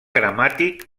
gramàtic